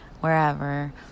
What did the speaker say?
wherever